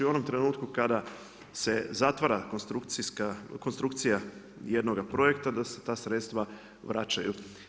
U onom trenutku kada se zatvara konstrukcija jednoga projekta da se ta sredstva vraćaju.